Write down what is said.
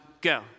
go